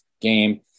game